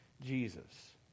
Jesus